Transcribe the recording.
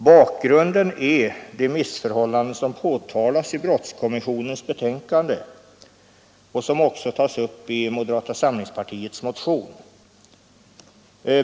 Bakgrunden är de missförhållanden som påtalas i brottskommissionens betänkande och som också tas upp i moderata samlingspartiets motion.